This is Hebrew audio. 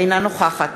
אינה נוכחת